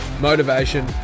motivation